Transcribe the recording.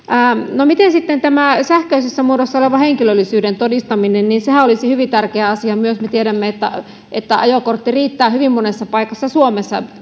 miten sitten tämä sähköisessä muodossa oleva henkilöllisyyden todistaminen sehän olisi hyvin tärkeä asia myös me tiedämme että että ajokortti riittää hyvin monessa paikassa suomessa